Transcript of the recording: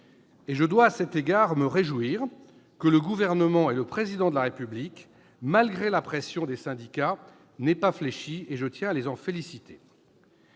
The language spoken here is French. Je dois à cet égard me réjouir que le Gouvernement et le Président de la République, malgré la pression des syndicats, n'aient pas fléchi. Je tiens à les en féliciter.